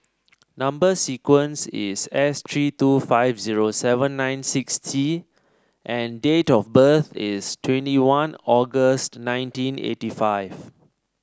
number sequence is S three two five zero seven nine six T and date of birth is twenty one August nineteen eighty five